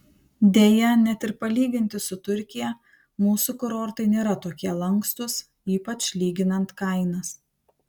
deja net ir palyginti su turkija mūsų kurortai nėra tokie lankstūs ypač lyginant kainas